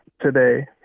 today